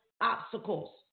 obstacles